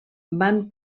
van